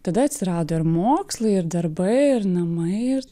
tada atsirado ir mokslai ir darbai ir namai ir